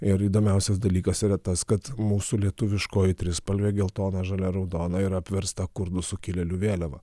ir įdomiausias dalykas yra tas kad mūsų lietuviškoji trispalvė geltona žalia raudona yra apversta kurdų sukilėlių vėliava